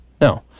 no